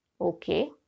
Okay